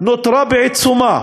נותרה בעיצומה.